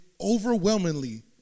overwhelmingly